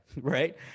right